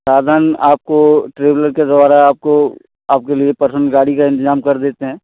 साधन आपको ट्रेवलर के द्वारा आपको आपके लिए पर्सनल गाड़ी का इंतज़ाम कर देते हैं